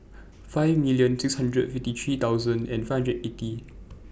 five million six hundred fifty three thousand and five hundred eighty